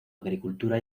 agricultura